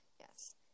Yes